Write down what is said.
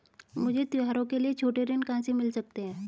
मुझे त्योहारों के लिए छोटे ऋण कहां से मिल सकते हैं?